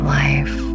life